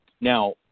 Now